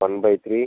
one by three